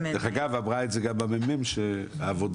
אמרה גם נציגת מרכז המחקר והמידע